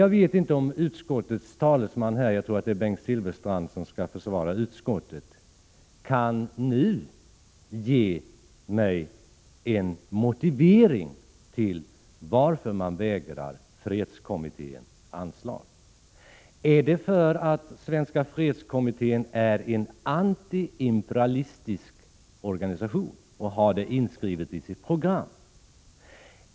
Jag vet inte om utskottets talesman — det är väl Bengt Silfverstrand som skall försvara utskottet — nu kan ge mig en motivering till att man förvägrar Svenska fredskommittén anslag. Är det därför att Svenska fredskommittén är en antiimperialistisk organisation och har detta inskrivet i sitt program?